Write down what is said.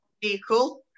vehicle